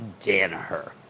Danaher